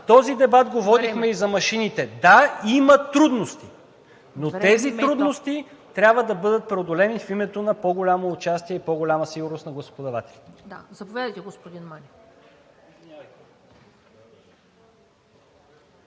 Този дебат го водихме и за машините. Да, има трудности, но тези трудности трябва да бъдат преодолени в името на по-голямо участие и по-голяма сигурност на гласоподавателите. ПРЕДСЕДАТЕЛ ТАТЯНА